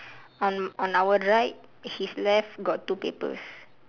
on on our right his left got two papers